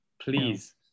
please